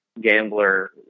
gambler